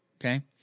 okay